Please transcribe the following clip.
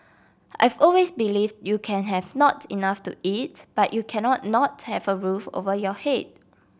I've always believed you can have not enough to eat but you cannot not have a roof over your head